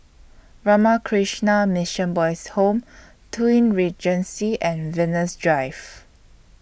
Ramakrishna Mission Boys' Home Twin Regency and Venus Drive